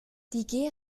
die